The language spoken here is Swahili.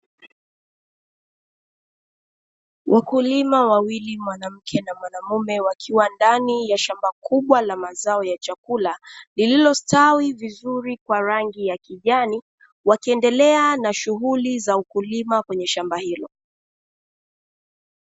Wakulima wawili mwanamke na mwanaume wakiwa ndani ya shamba kubwa la mazao ya chakula, lililostawi vizuri kwa rangi ya kijani wakiendelea na shughuli za ukulima kwenye shamba hilo.